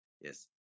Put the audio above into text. yes